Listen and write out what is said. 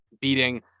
beating